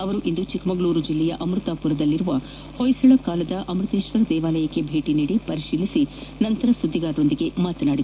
ಅವರಿಂದು ಚಿಕ್ಕಮಗಳೂರು ಜಿಲ್ಲೆಯ ಅಮೃತಾಪುರದಲ್ಲಿರುವ ಹೊಯ್ದಳ ಕಾಲದ ಅಮೃತೇಕ್ಷರ ದೆವಾಲಯಕ್ಕೆ ಭೇಟ ನೀಡಿ ಪರಿಶೀಲಿಸಿ ನಡೆಸಿದ ಬಳಿಕ ಸುದ್ದಿಗಾರರೊಂದಿಗೆ ಮಾತನಾಡಿದರು